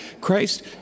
Christ